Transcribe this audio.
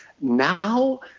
now